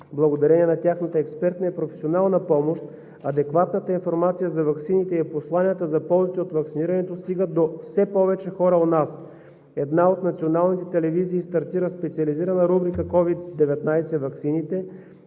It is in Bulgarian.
Благодарение на тяхната експертна и професионална помощ, адекватната информация за ваксините и посланията за ползите от ваксинирането стигат до все повече хора у нас. Една от националните телевизии стартира специализирана рубрика „COVID-19 ваксините“,